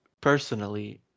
personally